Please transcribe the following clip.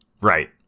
Right